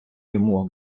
йому